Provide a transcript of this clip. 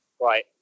Right